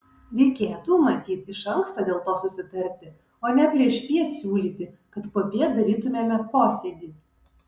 reikėtų matyt iš anksto dėl to susitarti o ne priešpiet siūlyti kad popiet darytumėme posėdį